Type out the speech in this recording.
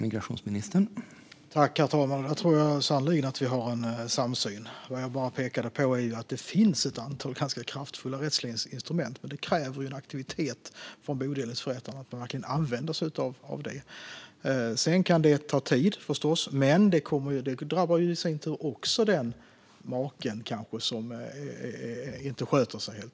Herr talman! Här tror jag sannerligen att vi har en samsyn. Det jag pekade på var bara att det finns ett antal ganska kraftfulla rättsliga instrument. Men det krävs en aktivitet från bodelningsförrättarna och att de verkligen använder sig av dessa. Sedan kan det förstås ta tid, men det drabbar ju i sin tur också den make som inte sköter sig.